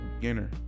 beginner